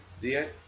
Da